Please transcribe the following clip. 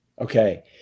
Okay